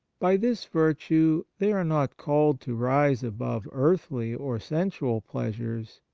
by this virtue they are not called to rise above earthly or sensual pleasures,